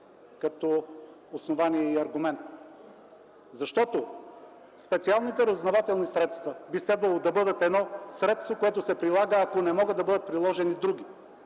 като основание и аргумент. Защото специалните разузнавателни средства би следвало да бъдат едно средство, което се прилага, ако не могат да бъдат приложени други.